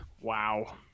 Wow